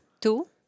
two